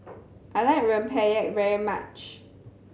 I like Rempeyek very much